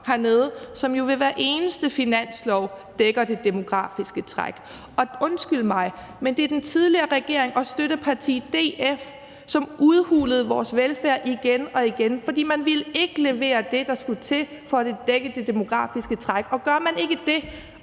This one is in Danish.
her – som ved hver eneste finanslov dækker det demografiske træk. Og undskyld mig, men det var den tidligere regering og støttepartiet DF, som udhulede vores velfærd igen og igen, fordi man ikke ville levere det, der skulle til for at dække det demografiske træk, og gør man ikke det